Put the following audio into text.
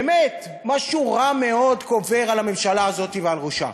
באמת, משהו רע מאוד עובר על הממשלה הזאת ועל ראשה.